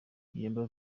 yemba